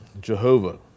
Jehovah